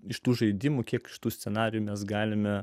iš tų žaidimų kėkštų scenarijų mes galime